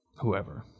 Whoever